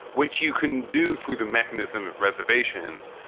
which you can do through the mechanism of reservations.